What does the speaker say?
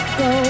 go